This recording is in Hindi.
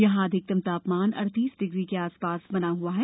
यहां अधिकतम तापमान अडतीस डिग्री के आसपास बना हआ है